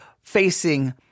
facing